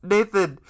Nathan